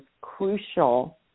crucial